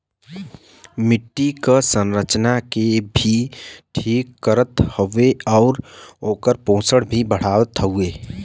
मट्टी क संरचना के भी ठीक करत हउवे आउर ओकर पोषण भी बढ़ावत हउवे